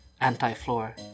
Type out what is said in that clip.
anti-floor